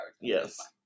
Yes